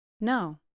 no